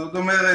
זאת אומרת,